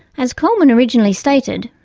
as coleman originally stated.